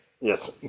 Yes